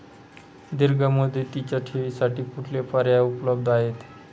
दीर्घ मुदतीच्या ठेवींसाठी कुठले पर्याय उपलब्ध आहेत?